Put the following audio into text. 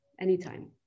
anytime